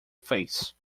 face